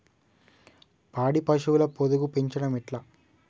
పాడి పశువుల పొదుగు పెంచడం ఎట్లా?